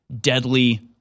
deadly